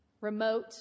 remote